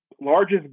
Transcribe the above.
largest